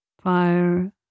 fire